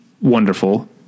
wonderful